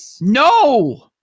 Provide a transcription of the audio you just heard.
No